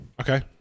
Okay